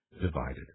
divided